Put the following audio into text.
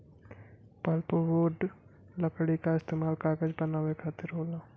pulpwood लकड़ी क इस्तेमाल कागज बनावे खातिर होला